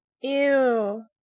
Ew